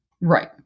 Right